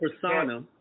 Persona